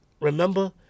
remember